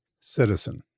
citizen